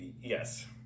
Yes